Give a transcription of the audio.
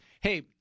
hey